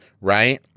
right